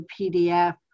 PDF